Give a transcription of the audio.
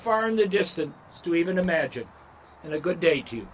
far in the distant to even imagine and a good day to